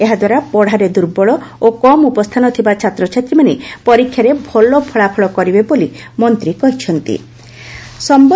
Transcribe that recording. ଏହାଦ୍ୱାରା ପଢ଼ାରେ ଦୂର୍ବଳ ଓ କମ୍ ଉପସ୍ଥାନ ଥିବା ଛାତ୍ରଛାତ୍ରୀମାନେ ପରୀକ୍ଷାରେ ଭଲ ଫଳାଫଳ କରିବେ ବୋଲି ମନ୍ତୀ କହିଚ୍ଚନ୍ତି